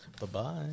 Bye-bye